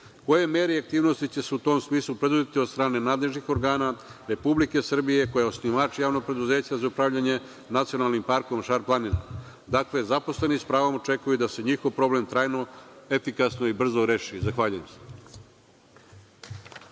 Koje mere i aktivnosti će se u tom smislu preduzeti od strane nadležnih organa Republike Srbije, koja je osnivač javnog preduzeća za upravljanje „Nacionalnim parkom Šar-planina“? Dakle, zaposleni s pravom očekuju da se njihov problem trajno, efikasno i brzo reši. Zahvaljujem.